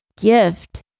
gift